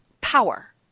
power